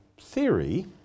theory